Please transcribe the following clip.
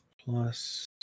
Plus